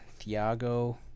Thiago